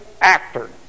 actor